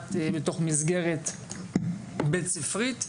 מתבצעת מתוך מסגרת בית ספרית,